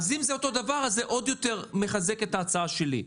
אם זה אותו דבר, זה עוד יותר מחזק את ההצעה שלי.